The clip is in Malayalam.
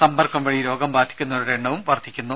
സമ്പർക്കം വഴി രോഗം ബാധിക്കുന്നവരുടെ എണ്ണവും വർധിക്കുന്നു